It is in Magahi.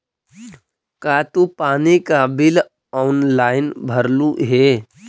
का तू पानी का बिल ऑनलाइन भरलू हे